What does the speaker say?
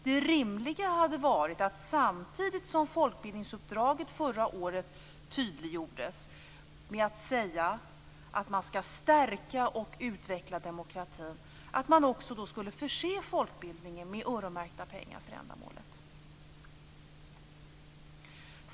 Det rimliga hade varit att samtidigt som folkbildningsuppdraget förra året tydliggjordes säga att man skulle stärka och utveckla demokratin och att man också skulle förse folkbildningen med öronmärkta pengar för ändamålet.